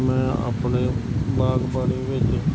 ਮੈਂ ਆਪਣੇ ਬਾਗਬਾਨੀ ਵਿੱਚ